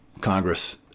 Congress